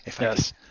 Yes